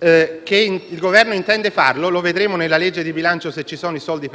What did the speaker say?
che il Governo intende farlo e vedremo nella legge di bilancio se ci saranno i soldi)